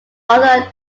other